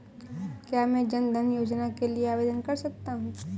क्या मैं जन धन योजना के लिए आवेदन कर सकता हूँ?